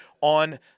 on